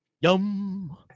Yum